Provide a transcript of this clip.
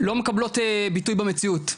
לא מקבלות ביטוי במציאות.